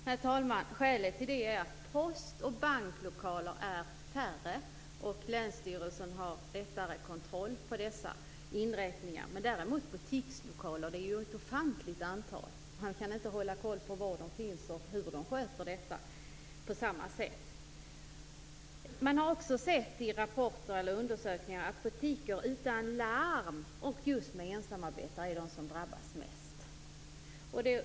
Herr talman! Skälet till det är att post och banklokalerna är färre. Länsstyrelsen har lättare kontroll över dessa inrättningar. Butikslokaler finns däremot i ett ofantligt antal. Man kan inte på samma sätt hålla koll på var de finns, och hur detta sköts. Man har sett i rapporter och undersökningar att butiker utan larm och med ensamarbetare är de som drabbas mest.